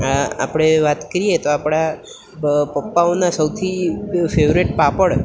આ આપણે વાત કરીએ તો આપણા પપ્પાઓના સૌથી ફેવરેટ પાપડ